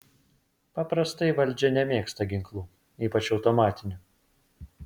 paprastai valdžia nemėgsta ginklų ypač automatinių